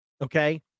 okay